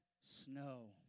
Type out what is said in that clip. snow